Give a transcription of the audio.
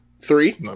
three